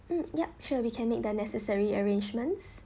mm yup sure we can make the necessary arrangements